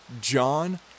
John